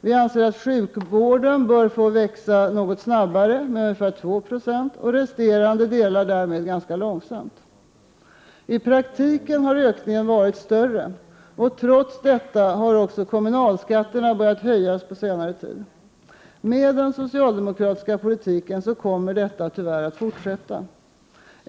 Vi anser att sjukvården bör få växa något snabbare, med ca 2 26 och resterande delar därmed ganska långsamt. I praktiken har ökningen varit större. Trots detta har också kommunalskatterna börjat höjas under senare tid. Med den socialdemokratiska politiken kommer detta tyvärr att fortsätta.